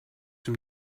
from